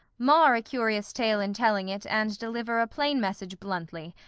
mar a curious tale in telling it and deliver a plain message bluntly.